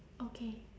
okay